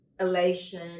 elation